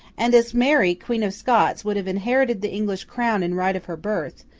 and as mary queen of scots would have inherited the english crown in right of her birth,